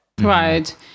Right